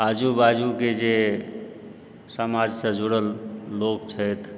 आजू बाजूक जे समाजसँ जुड़ल लोक छथि